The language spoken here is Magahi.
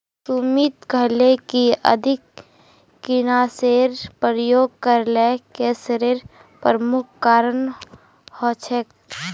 सुमित कहले कि अधिक कीटनाशेर प्रयोग करले कैंसरेर प्रमुख कारण हछेक